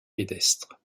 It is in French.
pédestre